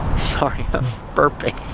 sorry, i'm burping